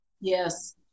Yes